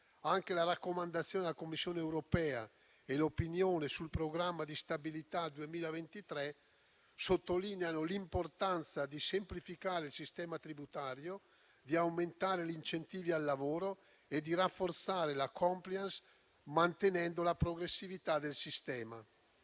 Anche la raccomandazione della Commissione europea e l'opinione sul programma di stabilità 2023 sottolineano l'importanza di semplificare il sistema tributario, di aumentare gli incentivi al lavoro e di rafforzare la *compliance*, mantenendo la progressività del sistema.